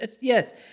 Yes